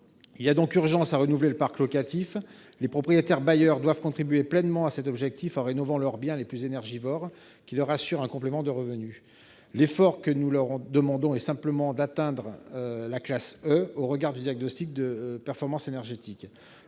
Il y a donc urgence à renouveler le parc locatif : les propriétaires bailleurs doivent contribuer pleinement à cet objectif en rénovant leurs biens les plus énergivores qui leur assurent un complément de revenus. L'effort que nous leur demandons consiste simplement à atteindre la classe E au regard du diagnostic de performance énergétique.